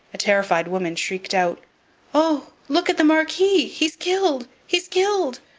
a terrified woman shrieked out oh! look at the marquis, he's killed, he's killed